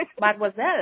mademoiselle